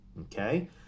okay